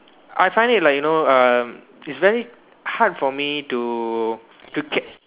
I find it like you know um it's very hard for me to to catch